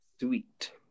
Sweet